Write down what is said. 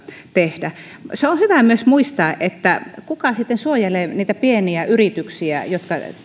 tehdä on hyvä myös muistaa huomioida se kuka sitten suojelee niitä pieniä yrityksiä jotka